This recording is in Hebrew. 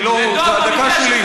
זאת הדקה שלי,